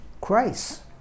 Christ